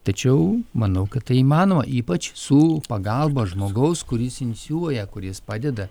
tačiau manau kad tai įmanoma ypač su pagalba žmogaus kuris inicijuoja kuris padeda